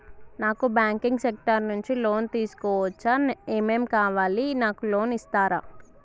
నాకు banking sector నుంచి loan తీసుకోవచ్చా? ఏమేం కావాలి? నాకు లోన్ ఇస్తారా?